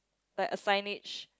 like a signage